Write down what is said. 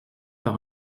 par